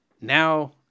Now